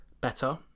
better